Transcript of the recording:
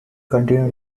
continue